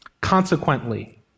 consequently